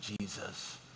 Jesus